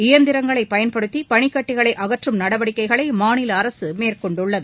இயந்திரங்களை பயன்படுத்தி பளிக்கட்டிகளை அகற்றும் நடவடிக்கைகளை மாநில அரசு மேற்கொண்டுள்ளது